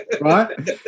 Right